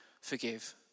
forgive